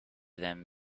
them